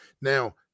Now